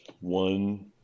one